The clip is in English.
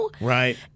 Right